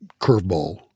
curveball